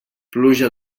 pluja